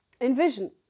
Envision